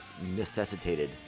necessitated